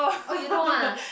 oh you know ah